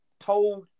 told